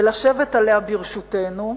ולשבת עליה ברשותנו,